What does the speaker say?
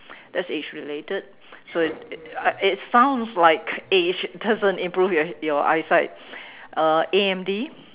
that's age related so it it it sounds like age doesn't improve your your eyesight uh A_M_D